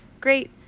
great